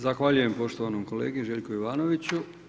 Zahvaljujem poštovanom kolegi Željku Jovanoviću.